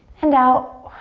and out.